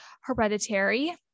hereditary